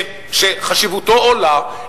שחשיבותו עולה.